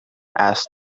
asked